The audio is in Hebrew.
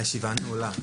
הישיבה נעולה.